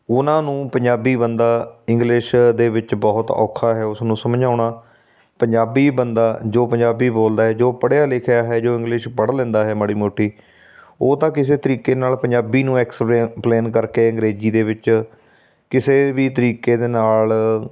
ਉਨਾਂ ਨੂੰ ਪੰਜਾਬੀ ਬੰਦਾ ਇੰਗਲਿਸ਼ ਦੇ ਵਿੱਚ ਬਹੁਤ ਔਖਾ ਹੈ ਉਸ ਨੂੰ ਸਮਝਾਉਣਾ ਪੰਜਾਬੀ ਬੰਦਾ ਜੋ ਪੰਜਾਬੀ ਬੋਲਦਾ ਹੈ ਜੋ ਪੜ੍ਹਿਆ ਲਿਖਿਆ ਹੈ ਜੋ ਇੰਗਲਿਸ਼ ਪੜ੍ਹ ਲੈਂਦਾ ਹੈ ਮਾੜੀ ਮੋਟੀ ਉਹ ਤਾਂ ਕਿਸੇ ਤਰੀਕੇ ਨਾਲ ਪੰਜਾਬੀ ਨੂੰ ਐਕਸਪਲੇਨ ਕਰਕੇ ਅੰਗਰੇਜ਼ੀ ਦੇ ਵਿੱਚ ਕਿਸੇ ਵੀ ਤਰੀਕੇ ਦੇ ਨਾਲ